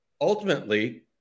Ultimately